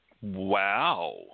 wow